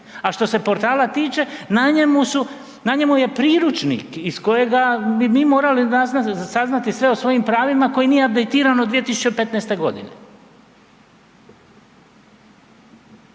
a što se portala tiče, na njemu je priručnik iz kojega bi mi morali saznati sve o svojim pravima koji nije apdejtirano od 2015.godine.